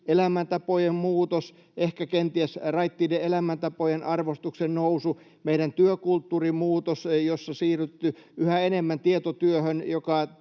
elämäntapojen muutos, ehkä kenties raittiiden elämäntapojen arvostuksen nousu, meidän työkulttuurin muutos, jossa on siirrytty yhä enemmän tietotyöhön,